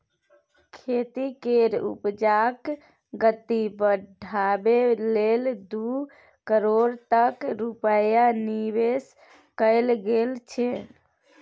खेती केर उपजाक गति बढ़ाबै लेल दू करोड़ तक रूपैया निबेश कएल गेल छै